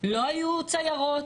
לא היו ציירות,